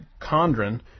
Condren